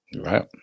Right